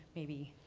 maybe,